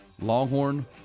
Longhorn